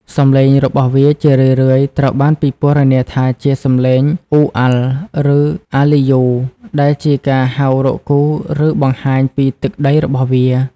សំឡេងរបស់វាជារឿយៗត្រូវបានពិពណ៌នាថាជាសំឡេង "អ៊ូ-អាល់" ឬ "អា-លីយូ" ដែលជាការហៅរកគូ ឬបង្ហាញពីទឹកដីរបស់វា។